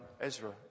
Ezra